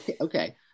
Okay